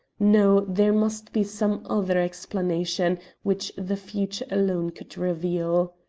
no there must be some other explanation which the future alone could reveal.